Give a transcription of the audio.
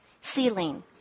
ceiling